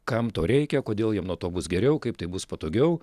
kam to reikia kodėl jiem nuo to bus geriau kaip tai bus patogiau